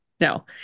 No